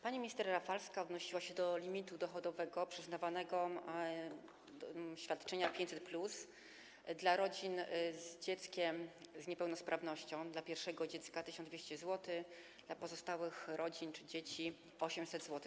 Pani minister Rafalska odnosiła się do limitu dochodowego przyznawanego świadczenia 500+ dla rodzin z dzieckiem z niepełnosprawnością: dla pierwszego dziecka - 1200 zł, dla pozostałych rodzin czy dzieci - 800 zł.